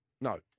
No